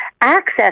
access